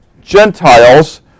Gentiles